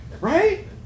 Right